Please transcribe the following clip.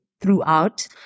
throughout